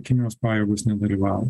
kinijos pajėgos nedalyvavo